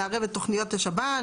מערב את תוכניות השב"ן,